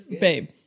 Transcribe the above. babe